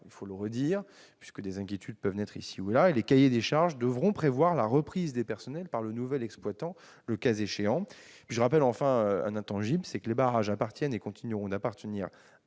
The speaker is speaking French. il faut le dire encore, puisque des inquiétudes peuvent naître ici ou là -et les cahiers des charges devront prévoir la reprise des personnels par le nouvel exploitant, le cas échéant. Je rappelle enfin un fait intangible : les barrages appartiennent et continueront d'appartenir